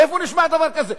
איפה נשמע דבר כזה?